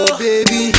baby